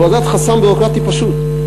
הורדת חסם ביורוקרטי פשוט.